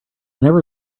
never